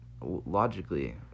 logically